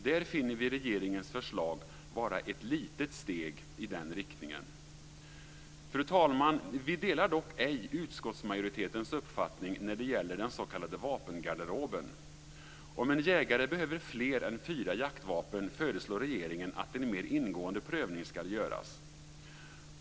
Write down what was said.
Där finner vi regeringens förslag vara ett litet steg i den riktningen. Fru talman! Vi delar dock ej utskottsmajoritetens uppfattning när det gäller den s.k. vapengarderoben. Om en jägare behöver fler än fyra jaktvapen föreslår regeringen att en mer ingående prövning ska göras.